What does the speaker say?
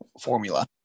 formula